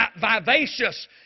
vivacious